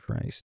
Christ